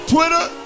Twitter